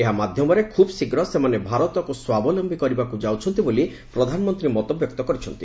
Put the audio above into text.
ଏହା ମାଧ୍ୟମରେ ଖୁବ୍ଶୀଘ୍ର ସେମାନେ ଭାରତକୁ ସ୍ୱାବଲମ୍ଭୀ କରିବାକୁ ଯାଉଛନ୍ତି ବୋଲି ପ୍ରଧାନମନ୍ତ୍ରୀ ମତବ୍ୟକ୍ତ କରିଛନ୍ତି